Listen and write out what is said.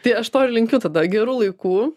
tai aš to ir linkiu tada gerų laikų